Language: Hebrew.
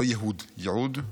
לא ייהוד, ייעוד.